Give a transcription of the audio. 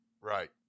Right